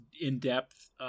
in-depth